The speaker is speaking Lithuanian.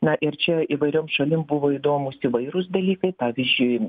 na ir čia įvairiom šalim buvo įdomūs įvairūs dalykai pavyzdžiui